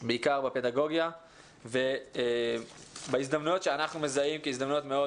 בעיקר בפדגוגיה ובהזדמנויות שאנחנו מזהים כהזדמנויות מאוד